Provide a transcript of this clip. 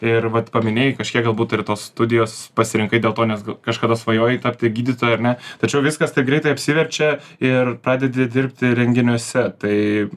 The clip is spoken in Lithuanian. ir vat paminėjai kažkiek galbūt ir tos studijos pasirinkai dėl to nes ga kažkada svajojai tapti gydytoju ar ne tačiau viskas taip greitai apsiverčia ir pradedi dirbti renginiuose tai